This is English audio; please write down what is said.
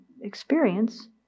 experience